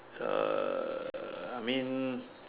err I mean